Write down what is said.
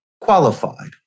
qualified